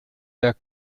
der